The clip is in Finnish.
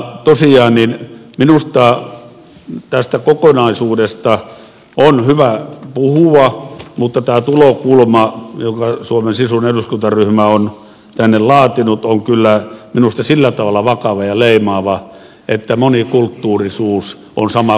tosiaan minusta tästä kokonaisuudesta on hyvä puhua mutta tämä tulokulma jonka suomen sisun eduskuntaryhmä on tänne laatinut on kyllä minusta sillä tavalla vakava ja leimaava että monikulttuurisuus olisi sama kuin monirikollisuus